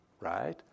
right